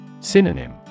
Synonym